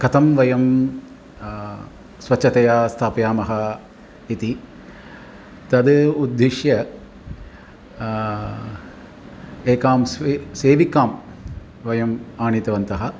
कथं वयं स्वच्छता स्थापयामः इति तद् उद्दिश्य एकां से सेविकां वयम् आनीतवन्तः